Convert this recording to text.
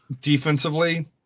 Defensively